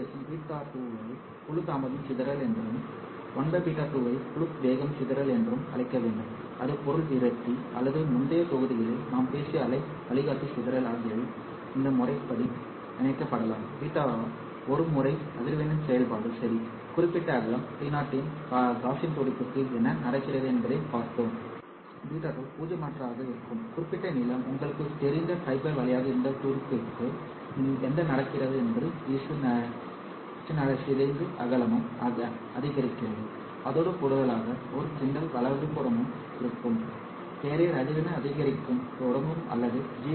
கண்டிப்பாக பேசும் β2 ஐ குழு தாமதம் சிதறல் என்றும் 1 β2 ஐ குழு வேகம் சிதறல் என்றும் அழைக்க வேண்டும் அது பொருள் விரக்தி அல்லது முந்தைய தொகுதிகளில் நாம் பேசிய அலை வழிகாட்டி சிதறல் ஆகியவை இந்த முறைப்படி இணைக்கப்படலாம் β ஒரு முறை அதிர்வெண்ணின் செயல்பாடு சரி குறிப்பிட்ட அகலம் T0 இன் காஸியன் துடிப்புக்கு என்ன நடக்கிறது என்பதையும் பார்த்தோம் β2 பூஜ்ஜியமற்றதாக இருக்கும் குறிப்பிட்ட நீளம் உங்களுக்குத் தெரிந்த ஃபைபர் வழியாக இந்த துடிப்புக்கு என்ன நடக்கிறது என்பது வீச்சு சிதைந்து அகலமும் அதிகரிக்கிறது அதோடு கூடுதலாக ஒரு கிண்டல் வலதுபுறமும் இருக்கும் கேரியர் அதிர்வெண் அதிகரிக்கத் தொடங்கும் அல்லது ஜி